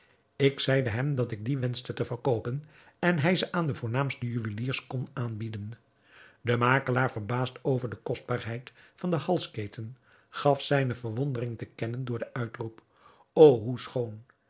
ik zeide hem dat ik die wenschte te verkoopen en hij ze aan de voornaamste juweliers kon aanbieden de makelaar verbaasd over de kostbaarheid van de halsketen gaf zijne verwondering te kennen door den uitroep o hoe schoon